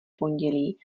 pondělí